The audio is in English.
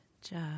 job